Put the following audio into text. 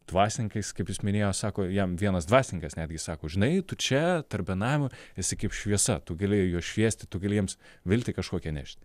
dvasininkais kaip jis minėjo sako jam vienas dvasininkas netgi sako žinai tu čia tarp benamių įsikibt šviesa tu gali juos šviesti tu gali jiems viltį kažkokią nešti